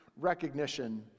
recognition